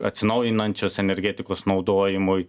atsinaujinančios energetikos naudojimui